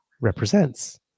represents